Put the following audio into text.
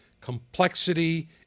complexity